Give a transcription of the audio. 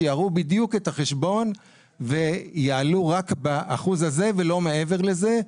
שיראו בדיוק את החשבון ויעלו רק באחוז הזה ולא מעבר לזה.